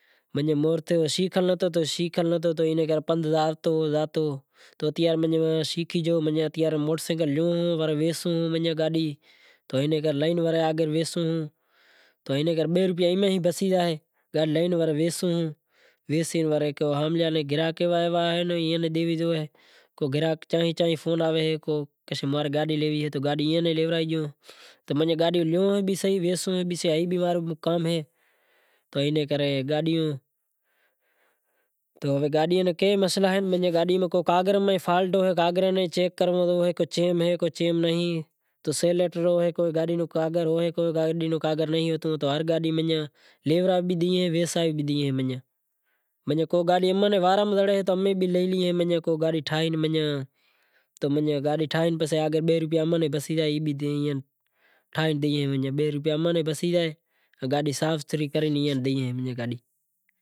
منجاں موہر تو سینکل نتھی تو پندھ زاوتو زاوتو تو اتارے شیکھے گیو موٹر سینکل لیوں ورے ویسوں گاڈی تو اینے کرے لے وڑے ویسوں تو بئے روپیا بسی زائیں، گاڈی لئے وڑے ویسوں، ویسے وڑے گراہک ایوا ایوا آویں تو اینو ڈیوی زائوں، چائیں چائیں گراہک نا فون آویں کہ ماں نے گاڈی لینڑی اے تو گاڈی ایئاں ناں بھی لیورائے ڈیوں۔ گاڈی لیوں بھی صحیح ویسوں بھی صحیح تو اینو کام اے تو ہوے گاڈی ناں کے بھی مسئلا اہیں، گاڈی نے کاگڑ میں کافی مسئلہ فالٹ ہوئیں تو چیک کرنڑو پڑے کہ چیم ہے چیم نہیں تو سیل لیٹر نو کام ہوئے تو گاڈی لیورائے بھی ڈیئے تو ویسرائے بھی ڈیئے۔ کو گاڈی وارے میں زڑے تو لیوں ری بئے روپیا اماں نیں بھی بسے زائیں۔ گاڈی صاف ستھری کرے